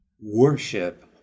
worship